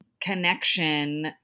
connection